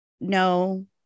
no